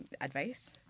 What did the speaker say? advice